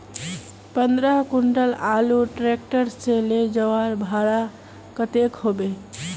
पंद्रह कुंटल आलूर ट्रैक्टर से ले जवार भाड़ा कतेक होबे?